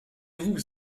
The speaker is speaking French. vous